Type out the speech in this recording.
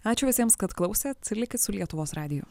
ačiū visiems kad klausėt likit su lietuvos radiju